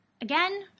Again